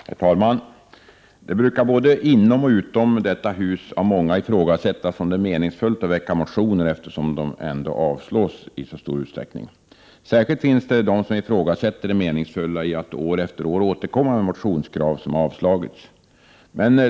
Herr talman! Det brukar både inom och utom detta hus av många ifrågasättas om det är meningsfullt att väcka motioner, eftersom de flesta ändock avslås i stor utsträckning. Särskilt finns det de som ifrågasätter det meningsfulla i att år efter år återkomma med motionskrav som avslagits.